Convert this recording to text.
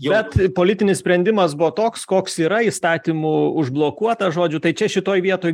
bet politinis sprendimas buvo toks koks yra įstatymu užblokuotas žodžiu tai čia šitoj vietoj